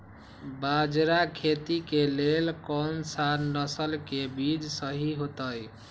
बाजरा खेती के लेल कोन सा नसल के बीज सही होतइ?